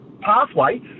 pathway